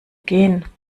gehen